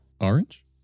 Orange